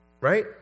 Right